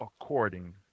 According